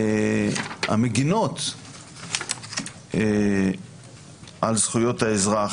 שהזכויות המגינות על זכויות האזרח